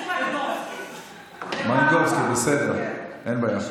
מלינובסקי, בסדר, אין בעיה.